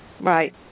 Right